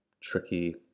tricky